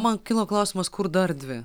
man kilo klausimas kur dar dvi